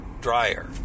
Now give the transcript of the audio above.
dryer